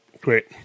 Great